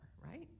right